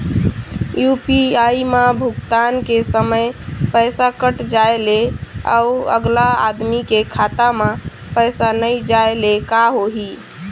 UPI म भुगतान के समय पैसा कट जाय ले, अउ अगला आदमी के खाता म पैसा नई जाय ले का होही?